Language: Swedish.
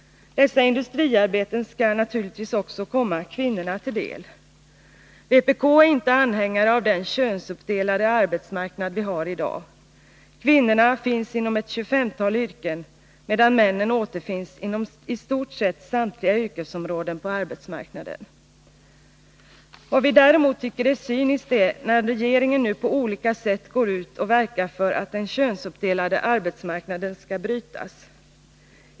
Dessa industriarbeten skall naturligtvis också komma kvinnorna till del. Vpk är inte anhängare av den könsuppdelade arbetsmarknad vi i dag har. Kvinnorna finns inom ett tjugofemtal yrken, medan männen återfinns inom i stort sett samtliga yrkesområden på arbetsmarknaden. Vad vi däremot tycker är cyniskt, är det sätt på vilket regeringen nu på olika vis går ut och verkar för att den könsuppdelade arbetsmarknaden skall brytas.